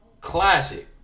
Classic